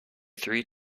three